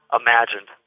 imagined